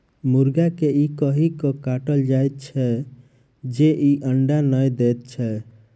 मुर्गा के ई कहि क काटल जाइत छै जे ई अंडा नै दैत छै